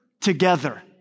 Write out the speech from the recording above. together